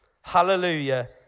Hallelujah